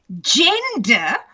Gender